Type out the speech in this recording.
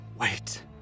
Wait